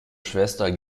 schwester